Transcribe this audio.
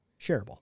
shareable